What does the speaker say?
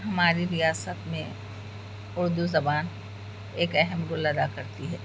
ہماری ریاست میں اردو زبان ایک اہم رول ادا کرتی ہے